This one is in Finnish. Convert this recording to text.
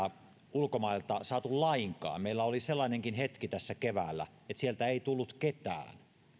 ulkomailta saatu lainkaan meillä oli sellainenkin hetki tässä keväällä että sieltä ei tullut ketään